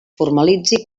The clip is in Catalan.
formalitzi